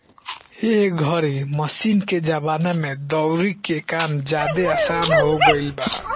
एह घरी मशीन के जमाना में दउरी के काम ज्यादे आसन हो गईल बा